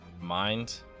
Mind